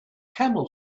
camel